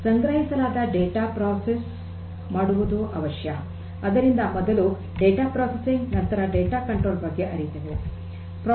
ಸಂಗ್ರಹಿಸಲಾದ ಡೇಟಾ ಪ್ರಕ್ರಿಯೆ ಮಾಡುವುದು ಅವಶ್ಯ ಆದ್ದರಿಂದ ಮೊದಲು ಡೇಟಾ ಪ್ರಕ್ರಿಯೆ ನಂತರ ಡೇಟಾ ನಿಯಂತ್ರಣದ ಬಗ್ಗೆ ಅರಿತೆವು